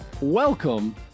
welcome